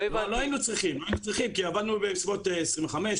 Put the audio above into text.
לא היינו צריכים כי עבדנו בסביבות 25,